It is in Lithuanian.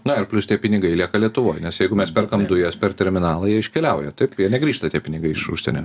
na ir plius tie pinigai lieka lietuvoj nes jeigu mes perkam dujas per terminalą jie iškeliauja tai negrįžta tie pinigai iš užsienio